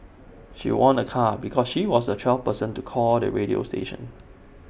she won A car because she was the twelfth person to call the radio station